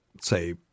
say